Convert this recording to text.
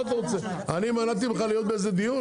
אני מנעתי ממך להיות באיזה דיון?